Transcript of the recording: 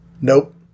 Nope